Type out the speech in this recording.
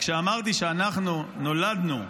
רק שאמרתי שאנחנו נולדנו,